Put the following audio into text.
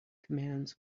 commands